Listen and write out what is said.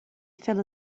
fell